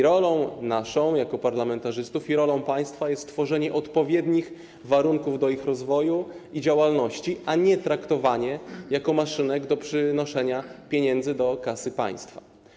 Rolą naszą jako parlamentarzystów i rolą państwa jest tworzenie odpowiednich warunków do ich rozwoju i działalności, a nie traktowanie ich jako maszynek do przynoszenia pieniędzy do kasy państwa.